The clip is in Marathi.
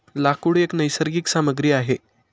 लाकूड एक नैसर्गिक सामग्री आहे